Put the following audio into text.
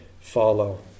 follow